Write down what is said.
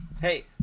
Hey